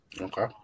Okay